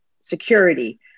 security